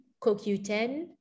CoQ10